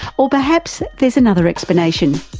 or perhaps there's another explanation,